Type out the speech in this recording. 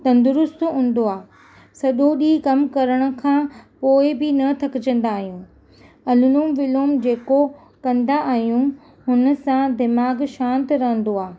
तंदुरुस्तु हूंदो आहे सॼो ॾींहुं कमु करण खां पोइ बि न थकिजंदा आहियूं अनुलोम विलोम जेको कंदा आहियूं उनसां दिमाग़ु शांत रहंदो आहे